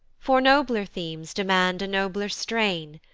for nobler themes demand a nobler strain,